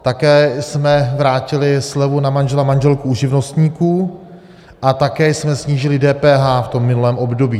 Také jsme vrátili slevu na manžela, manželku u živnostníků a také jsme snížili DPH v tom minulém období.